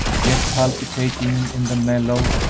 yet palpitating in the mellow,